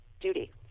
duty